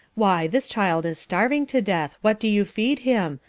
why this child is starving to death! what do you feed him?